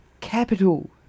capital